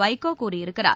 வைகோ கூறியிருக்கிறார்